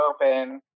open